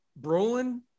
Brolin